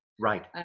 Right